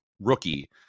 rookie